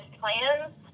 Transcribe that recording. plans